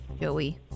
Joey